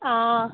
हां